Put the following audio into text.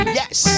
yes